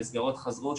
מאז המסגרות חזרו,